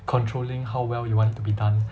controlling how well you want it to be done